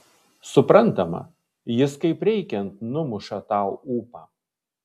suprantama jis kaip reikiant numuša tau ūpą